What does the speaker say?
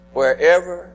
wherever